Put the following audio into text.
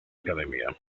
academia